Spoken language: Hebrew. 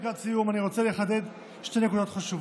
לקראת סיום אני רוצה לחדד שתי נקודות חשובות.